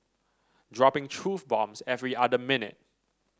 dropping truth bombs every other minute